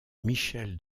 michel